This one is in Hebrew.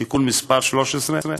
תיקון מס' 13,